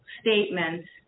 statements